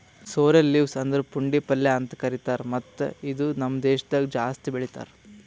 sorrel leaves ಅಂದುರ್ ಪುಂಡಿ ಪಲ್ಯ ಅಂತ್ ಕರಿತಾರ್ ಮತ್ತ ಇದು ನಮ್ ದೇಶದಾಗ್ ಜಾಸ್ತಿ ಬೆಳೀತಾರ್